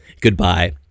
goodbye